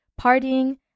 partying